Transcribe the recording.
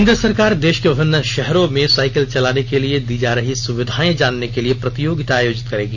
केंद्र सरकार देश के विभिन्न शहरों में साइकिल चलाने के लिए दी जा रही सुविधाएं जानने के लिए प्रतियोगिता आयोजित करेगी